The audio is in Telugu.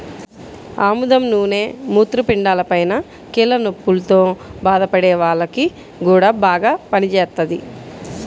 ఆముదం నూనె మూత్రపిండాలపైన, కీళ్ల నొప్పుల్తో బాధపడే వాల్లకి గూడా బాగా పనిజేత్తది